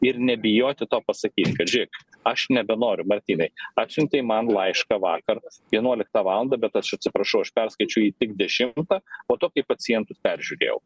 ir nebijoti to pasakyt žiūrėkit aš nebenoriu martynai atsiuntei man laišką vakar vienuoliktą valandą bet aš atsiprašau aš perskaičiau jį tik dešimtą po to kai pacientų peržiūrėjau